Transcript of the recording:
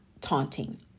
taunting